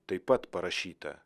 taip pat parašyta